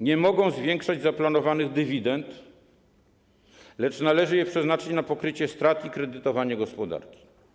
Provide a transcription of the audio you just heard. nie mogą zwiększać zaplanowanych dywidend, lecz należy je przeznaczyć na pokrycie strat i kredytowanie gospodarki.